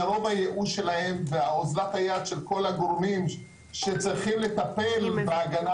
מרוב הייאוש ואוזלת היד של כל הגורמים שצריכים לטפל בהגנה